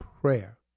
prayer